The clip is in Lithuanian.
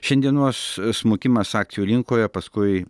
šiandienos smukimas akcijų rinkoje paskui